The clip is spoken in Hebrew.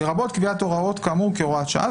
לרבות קביעת הוראות כאמור כהוראת שעה.